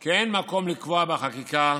כי אין מקום לקבוע בחקיקה